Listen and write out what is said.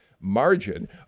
margin